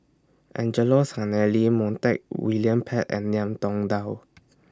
Angelo Sanelli Montague William Pett and Ngiam Tong Dow